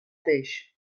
peix